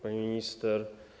Pani Minister!